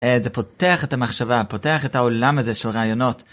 זה פותח את המחשבה, פותח את העולם הזה של רעיונות.